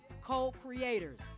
co-creators